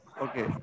Okay